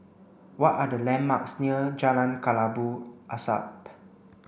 what are the landmarks near Jalan Kelabu Asap